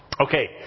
Okay